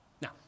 Now